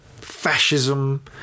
fascism